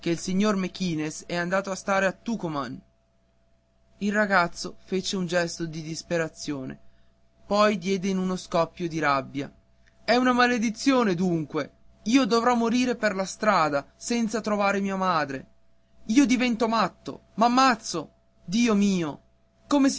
il signor mequinez è andato a stare a tucuman il ragazzo fece un gesto di disperazione poi diede in uno scoppio di rabbia è una maledizione dunque io dovrò morire per la strada senza trovare mia madre io divento matto m'ammazzo dio mio come